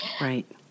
Right